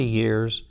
years